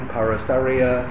Parasarya